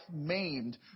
maimed